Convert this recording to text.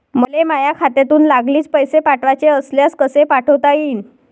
मले माह्या खात्यातून लागलीच पैसे पाठवाचे असल्यास कसे पाठोता यीन?